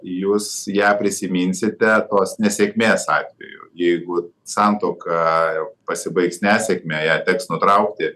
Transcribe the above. jūs ją prisiminsit tos nesėkmės atveju jeigu santuoka pasibaigs nesėkme ją teks nutraukti